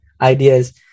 ideas